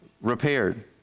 repaired